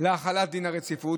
להחלת דין הרציפות.